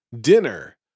Dinner